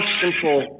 simple